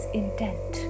intent